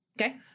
okay